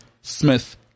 Smith